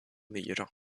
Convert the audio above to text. myra